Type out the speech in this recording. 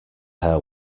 hair